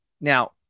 now